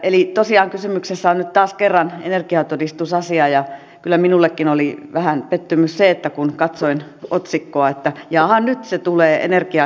eli tosiaan kysymyksessä on nyt taas kerran energiatodistusasia ja kyllä minullekin oli vähän pettymys se että kun katsoin otsikkoa että jaaha nyt se sitten tulee energiaa